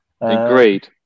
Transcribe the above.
agreed